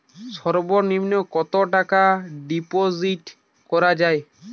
সর্ব নিম্ন কতটাকা ডিপোজিট করা য়ায়?